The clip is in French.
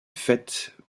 faites